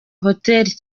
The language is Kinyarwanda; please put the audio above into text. hotel